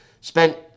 spent